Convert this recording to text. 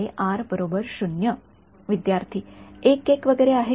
विद्यार्थीः १ १ वगैरे आहे का